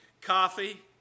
coffee